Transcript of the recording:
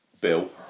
Bill